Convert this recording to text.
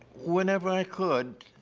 whenever i could,